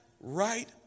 right